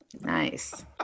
Nice